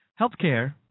Healthcare